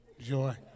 Joy